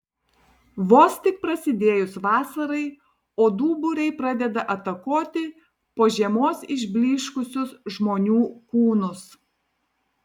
vos tik prasidėjus vasarai uodų būriai pradeda atakuoti po žiemos išblyškusius žmonių kūnus